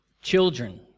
children